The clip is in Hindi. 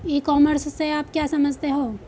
ई कॉमर्स से आप क्या समझते हो?